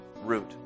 root